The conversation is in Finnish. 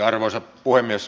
arvoisa puhemies